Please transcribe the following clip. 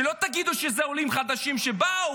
שלא תגידו שזה עולים חדשים שבאו,